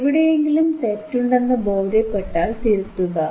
എവിടെയെങ്കിലും തെറ്റുണ്ടെന്നു ബോധ്യപ്പെട്ടാൽ തിരുത്തുക